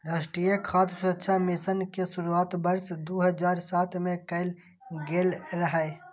राष्ट्रीय खाद्य सुरक्षा मिशन के शुरुआत वर्ष दू हजार सात मे कैल गेल रहै